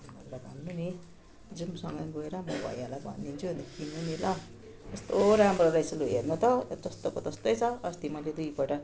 phone गरेर भन्नु नि जाउँ सँगै गएर म भैयालाई भनिदिन्छु अन्त किन्नु नि ल कस्तो राम्रो रहेछ लु हेर्नु त जस्तोको तस्तै छ अस्ति मैले दुईपल्ट